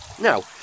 Now